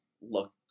look